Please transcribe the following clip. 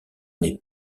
n’est